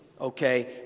okay